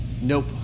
Nope